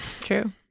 True